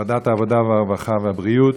ועדת העבודה, הרווחה והבריאות,